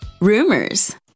rumors